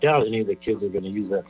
doubt any of the kids are going to use th